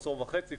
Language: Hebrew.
עשור וחצי,